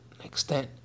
Extent